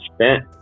spent